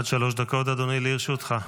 עד שלוש דקות, אדוני, לרשותך.